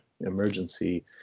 emergency